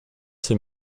ses